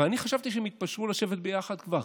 אבל אני חשבתי שהם התפשרו לשבת ביחד כבר